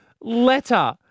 letter